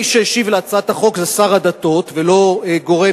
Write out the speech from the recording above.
מי שהשיב על הצעת החוק זה שר הדתות ולא גורם